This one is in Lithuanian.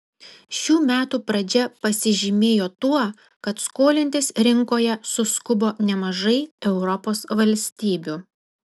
šių metų pradžia pasižymėjo tuo kad skolintis rinkoje suskubo nemažai europos valstybių